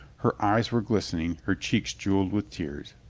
her eyes were glistening, her cheeks jeweled with tears.